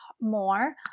more